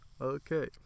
okay